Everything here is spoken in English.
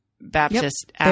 Baptist